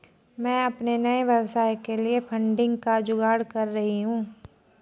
मैं अपने नए व्यवसाय के लिए फंडिंग का जुगाड़ कर रही हूं